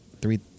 three